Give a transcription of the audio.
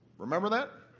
remember that?